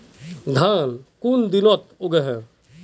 धान कुन दिनोत उगैहे